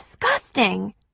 disgusting